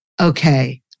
Okay